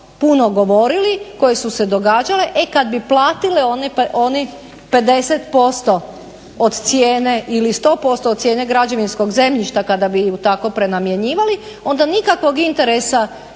puno govorili, koje su se događale. E kad bi platile one 50% od cijene ili 100% od cijene građevinskog zemljišta kada bi je tako prenamjenjivali onda nikakvog interesa ne